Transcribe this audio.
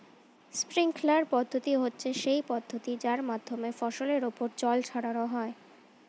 sprinkler পদ্ধতি হচ্ছে সেই পদ্ধতি যার মাধ্যমে ফসলের ওপর জল ছড়ানো হয়